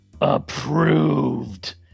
approved